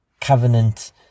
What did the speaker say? covenant